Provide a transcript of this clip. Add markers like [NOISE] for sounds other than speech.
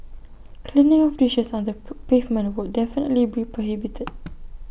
cleaning of dishes on the [UNINTELLIGIBLE] pavement definitely be prohibited